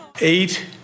Eight